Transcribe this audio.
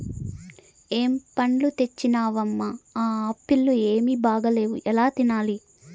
ఏం పండ్లు తెచ్చినవమ్మ, ఆ ఆప్పీల్లు ఏమీ బాగాలేవు ఎలా తినాలి